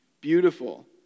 beautiful